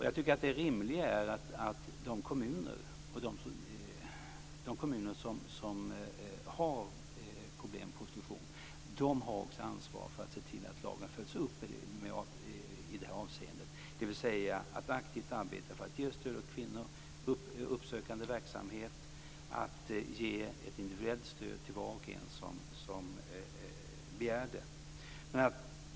Jag tycker att det rimliga är att de kommuner som har problem med prostitution också har ansvaret för att se till att lagen följs upp i det här avseendet - dvs. att aktivt arbeta för att ge stöd åt kvinnor, att bedriva uppsökande verksamhet och att ge ett individuellt stöd till var och en som begär det.